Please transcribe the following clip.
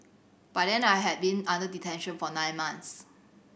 by then I had been under detention for nine months